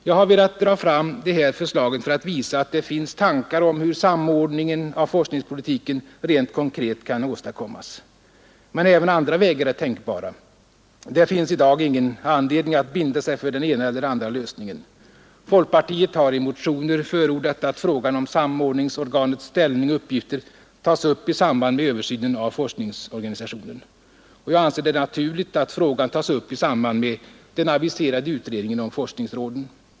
Jag har velat dra fram de här förslagen för att visa att det finns tankar om hur samordningen av forskningspolitiken rent konkret kan åstadkommas. Men även andra vägar är tänkbara. Det finns i dag ingen anledning att binda sig för den ena eller andra lösningen. Folkpartiet har i motioner förordat att frågan om samordningsorganets ställning och uppgifter tas upp i samband med översynen av forskningsorganisationen, och jag anser det naturligt att frågan tas upp i samband med den aviserade utredningen om forskningsråden.